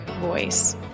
voice